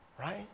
right